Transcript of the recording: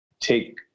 take